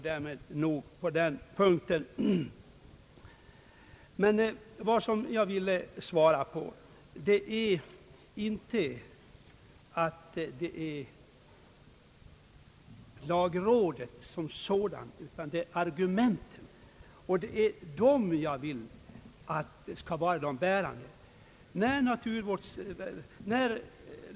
Det är enligt min mening inte lagrådet som sådant utan argumenten som jag anser skall vara de bärande.